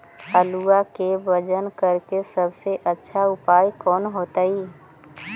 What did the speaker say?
आलुआ के वजन करेके सबसे अच्छा उपाय कौन होतई?